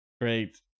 Great